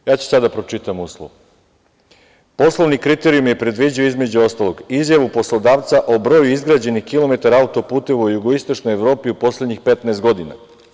Ja ću sad da pročitam uslov: "Poslovni kriterijumi predviđaju, između ostalog, izjavu poslodavca o broju izgrađenih kilometara auto-puteva u jugoistočnoj Evropi u poslednjih 15 godina.